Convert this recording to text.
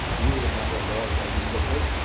you remember lord reggie sidley?